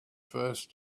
first